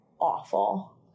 awful